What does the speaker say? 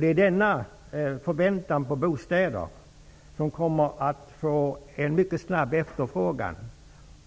Det är denna förväntan på bostäder som kommer att leda till en mycket snabb efterfrågan,